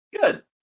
Good